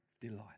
delight